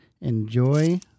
enjoy